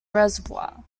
reservoir